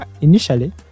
initially